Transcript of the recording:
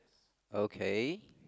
okay